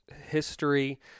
history